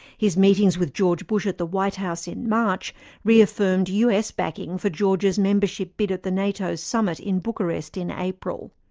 his meetings with george bush at the white house in march reaffirmed us backing for georgia's membership bid at the nato summit in bucharest in april.